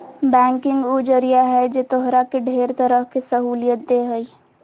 banking उ जरिया है जे तोहरा के ढेर तरह के सहूलियत देह हइ